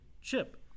Chip